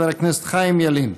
חבר הכנסת חיים ילין.